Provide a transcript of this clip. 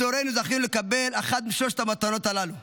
בדורנו זכינו לקבל אחת משלוש המתנות הללו,